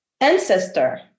ancestor